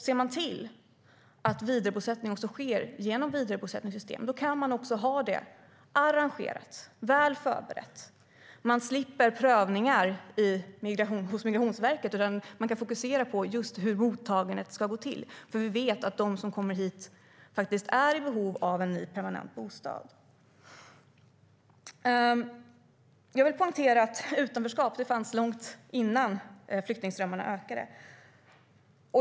Ser man till att vidarebosättning sker genom vidarebosättningssystem kan man också ha det arrangerat och väl förberett. Man slipper prövningar hos Migrationsverket och kan fokusera på just hur mottagandet ska gå till, för vi vet att de som kommer hit är i behov av en ny, permanent bostad. Jag vill poängtera att utanförskap fanns långt innan flyktingströmmarna ökade.